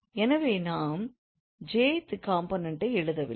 எனவே நாம் j th component ஐ எழுதவில்லை